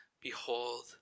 Behold